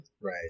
Right